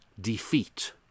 defeat